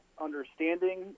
understanding